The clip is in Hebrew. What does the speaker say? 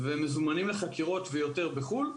ומזומנים לחקירות בחו"ל.